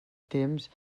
temps